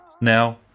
now